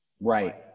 Right